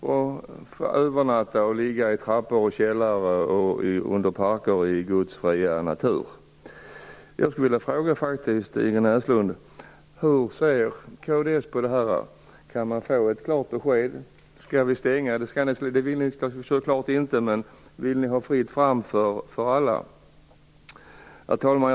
Man får då kanske övernatta genom att ligga i trappor och källare eller i parker i Guds fria natur. Jag skulle vilja fråga Ingrid Näslund hur kds ser på detta. Kan jag få ett klart besked om ifall ni vill att det skall vara fritt fram för alla? Herr talman!